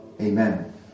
Amen